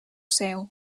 seu